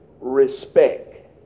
respect